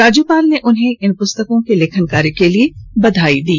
राज्यपाल ने उन्हें इन पुस्तकों के लेखन कार्य के लिए बधाई दी